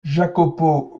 jacopo